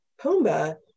pumba